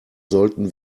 sollten